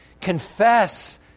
Confess